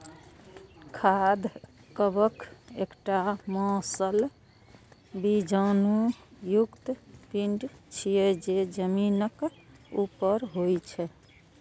खाद्य कवक एकटा मांसल बीजाणु युक्त पिंड छियै, जे जमीनक ऊपर होइ छै